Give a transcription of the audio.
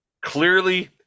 clearly